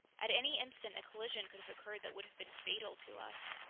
at any instant a collision could have occurred that would have been fatal to us.